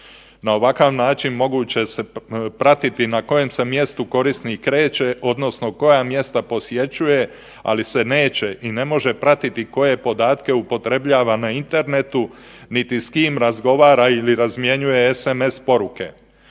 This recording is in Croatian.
Na ovakav način moguće se pratiti na kojem se mjestu korisnik kreće odnosno koja mjesta posjećuje ali se neće i ne može pratiti koje podatke upotrebljava na internetu niti s kim razgovara ili razmjenjuje sms poruke.